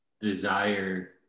desire